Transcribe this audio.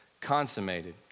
consummated